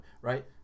Right